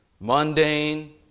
mundane